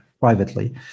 privately